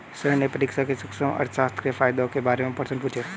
sir ने परीक्षा में सूक्ष्म अर्थशास्त्र के फायदों के बारे में प्रश्न पूछा